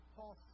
Paul